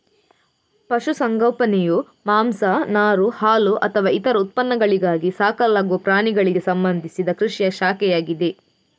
ಪಶು ಸಂಗೋಪನೆಯು ಮಾಂಸ, ನಾರು, ಹಾಲುಅಥವಾ ಇತರ ಉತ್ಪನ್ನಗಳಿಗಾಗಿ ಸಾಕಲಾಗುವ ಪ್ರಾಣಿಗಳಿಗೆ ಸಂಬಂಧಿಸಿದ ಕೃಷಿಯ ಶಾಖೆಯಾಗಿದೆ